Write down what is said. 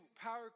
power